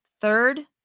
third